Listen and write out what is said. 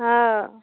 हँ